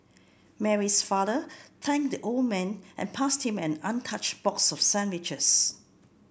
Mary's father thanked the old man and passed him an untouched box of sandwiches